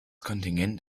kontingent